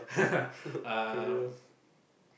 um